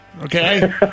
okay